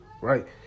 right